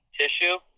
tissue